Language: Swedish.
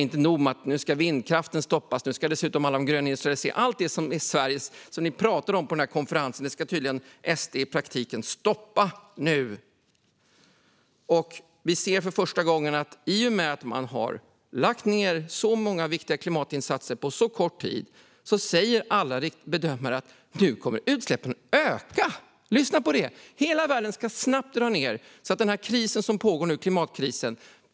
Inte nog med att vindkraften ska stoppas - nu handlar det dessutom om den gröna industrialiseringen. Allt det ni pratade om på den där konferensen ska tydligen SD i praktiken stoppa nu. Vi ser för första gången att i och med att man har lagt ned så många viktiga klimatinsatser på kort tid säger alla bedömare att utsläppen kommer att öka. Lyssna på det! Hela världen ska snabbt dra ned på grund av klimatkrisen som pågår.